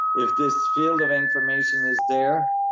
if this field of information is there,